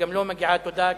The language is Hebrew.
שגם לו מגיעה תודה,